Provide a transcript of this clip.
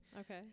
okay